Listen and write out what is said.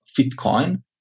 FitCoin